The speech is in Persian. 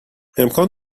امکان